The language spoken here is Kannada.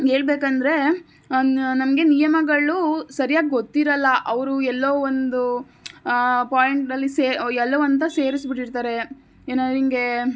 ಹೇಳ್ಬೇಕಂದ್ರೆ ನಮಗೆ ನಿಯಮಗಳು ಸರಿಯಾಗಿ ಗೊತ್ತಿರೋಲ್ಲ ಅವರು ಎಲ್ಲೊ ಒಂದು ಪಾಯಿಂಟಲ್ಲಿ ಸೆ ಎಲ್ಲೊ ಅಂತ ಸೇರಿಸಿಬಿಟ್ಟಿರ್ತಾರೆ ಏನೊ ಹಿಂಗೆ